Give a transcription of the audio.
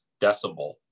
decibel